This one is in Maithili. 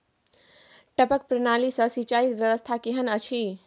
टपक प्रणाली से सिंचाई व्यवस्था केहन अछि?